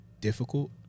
difficult